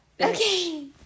Okay